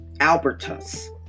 Albertus